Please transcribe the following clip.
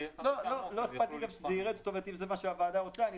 לא אכפת לי שזה ירד, אם זה מה שהוועדה רוצה.